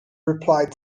replied